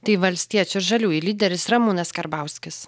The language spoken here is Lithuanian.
tai valstiečių ir žaliųjų lyderis ramūnas karbauskis